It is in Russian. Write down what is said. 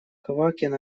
квакин